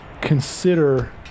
consider